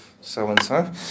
so-and-so